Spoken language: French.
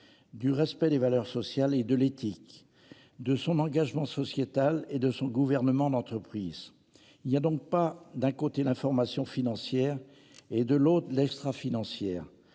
Du respect des valeurs sociales et de l'éthique. De son engagement sociétal et de son gouvernement d'entreprise, il y a donc pas d'un côté l'information financière et de l'autre l'extra-financière